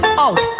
out